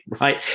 right